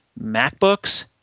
MacBooks